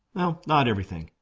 well not everything.